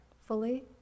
fully